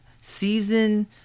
Season